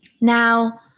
Now